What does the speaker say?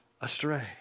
astray